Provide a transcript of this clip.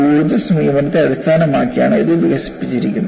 ഊർജ്ജ സമീപനത്തെ അടിസ്ഥാനമാക്കിയാണ് ഇത് വികസിപ്പിച്ചിരിക്കുന്നത്